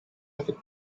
affect